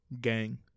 gang